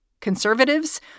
Conservatives